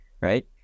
right